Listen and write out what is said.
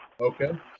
Okay